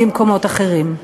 במקומות אחרים.